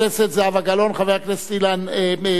חבר הכנסת אריה אלדד,